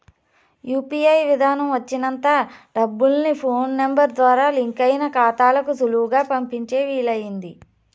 UPI విదానం వచ్చినంత డబ్బుల్ని ఫోన్ నెంబరు ద్వారా లింకయిన కాతాలకు సులువుగా పంపించే వీలయింది